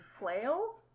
flail